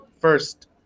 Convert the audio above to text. first